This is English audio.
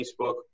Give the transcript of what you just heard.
Facebook